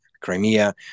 Crimea